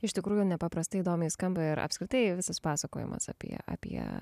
iš tikrųjų nepaprastai įdomiai skamba ir apskritai visas pasakojimas apie apie